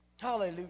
hallelujah